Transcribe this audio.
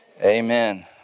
amen